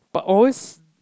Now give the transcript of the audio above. but always